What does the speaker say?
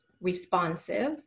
responsive